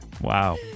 Wow